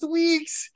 week's